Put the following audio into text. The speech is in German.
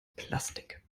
plastik